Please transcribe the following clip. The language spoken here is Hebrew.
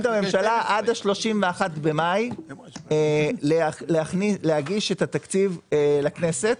הממשלה עד ה-31 במאי להגיש את התקציב לכנסת,